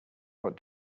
what